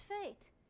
fate